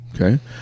Okay